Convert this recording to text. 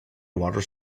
water